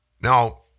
Now